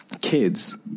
Kids